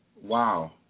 wow